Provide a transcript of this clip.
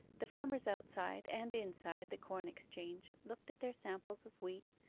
the farmers outside and inside the corn-exchange looked at their samples of wheat,